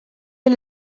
est